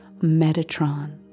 Metatron